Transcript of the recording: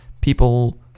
people